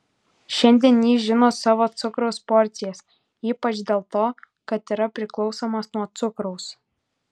šiandien jis žino savo cukraus porcijas ypač dėl to kad yra priklausomas nuo cukraus